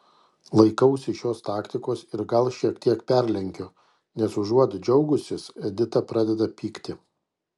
laikausi šios taktikos ir gal šiek tiek perlenkiu nes užuot džiaugusis edita pradeda pykti